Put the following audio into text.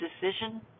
decision